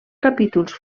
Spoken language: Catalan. capítols